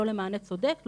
לא למענה צודק,